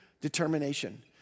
determination